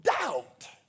doubt